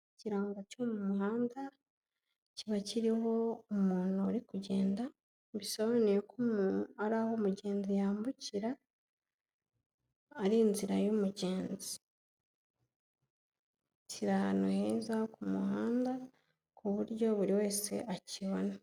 Ikirango cyo mu muhanda, kiba kiriho umuntu uri kugenda, bisobanuye ko ari aho umugenzi yambukira, ari inzira y'umugenzi, kiri ahantu heza ku muhanda, ku buryo buri wese akibona.